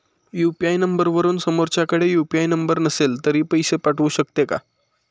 UPI नंबरवरून समोरच्याकडे UPI number नसेल तरी पैसे पाठवू शकते का?